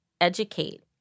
educate